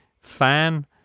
fan